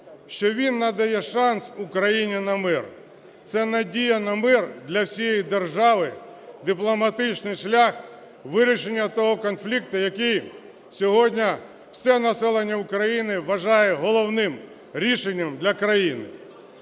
що він надає шанс Україні на мир. Це надія на мир для всієї держави, дипломатичний шлях вирішення того конфлікту, який сьогодні все населення України вважає головним рішенням для країни.